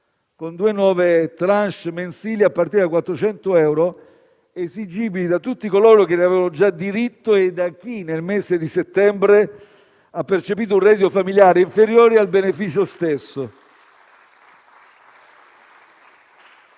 con due nuove *tranche* mensili a partire da 400 euro esigibili da tutti coloro che ne avevano già diritto e da chi nel mese di settembre ha percepito un reddito familiare inferiore al beneficio stesso.